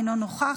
אינו נוכח,